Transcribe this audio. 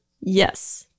yes